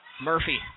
Murphy